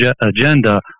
agenda